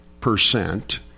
percent